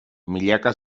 milaka